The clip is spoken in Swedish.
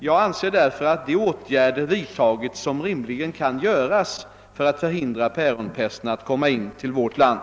Jag anser därför att de åtgärder vidtagits som rimligen kan göras för att förhindra päronpesten att komma in till vårt land.